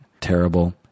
terrible